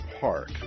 Park